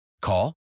Call